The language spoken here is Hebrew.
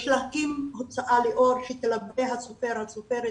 יש להקים הוצאה לאור שתלווה את הסופר או הסופרת